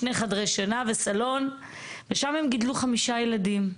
שני חדרי שינה וסלון ושם הם גידלו חמישה ילדים.